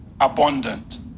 abundant